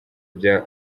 bya